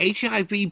HIV